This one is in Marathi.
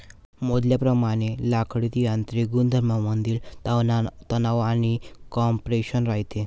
मोजल्याप्रमाणे लाकडीत यांत्रिक गुणधर्मांमधील तणाव आणि कॉम्प्रेशन राहते